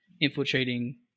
infiltrating